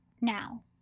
now